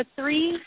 three